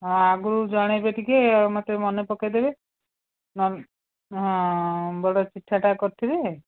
ହଁ ଆଗରୁ ଜଣେଇବେ ଟିକିଏ ମୋତେ ମନେ ପକେଇଦେବେ ନ ହଁ ବଡ଼ ଚିଠାଟା କରିଥିବେ